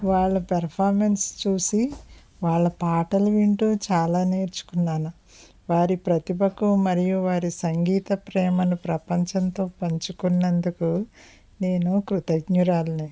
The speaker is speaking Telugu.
వాళ్ల పెర్ఫార్మన్స్ చూసి వాళ్ల పాటలు వింటూ చాలా నేర్చుకున్నాను వారి ప్రతిభకు మరియు వారి సంగీత ప్రేమను ప్రపంచంతో పంచుకున్నందుకు నేను కృతజ్ఞురాలుని